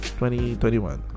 2021